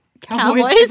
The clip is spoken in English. cowboys